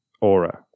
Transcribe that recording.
aura